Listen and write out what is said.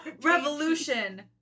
Revolution